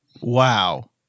Wow